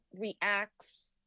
reacts